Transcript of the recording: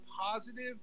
positive